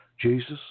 Jesus